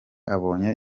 abonye